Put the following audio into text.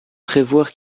prévoir